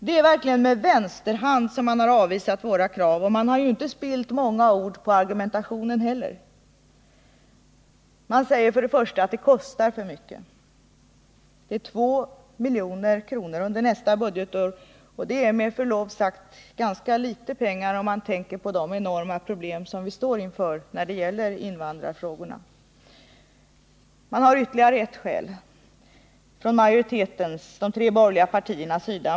Det är verkligen med vänster hand man har avvisat våra krav, och man har inte spillt många ord på argumentationen heller. Man säger för det första att det kostar för mycket. Det kostar 2 milj.kr. under nästa budgetår, och det är med förlov sagt ganska litet pengar om man tänker på de enorma problem vi står inför när det gäller invandrarfrågor. Man har ytterligare ett skäl från de borgerliga partiernas sida.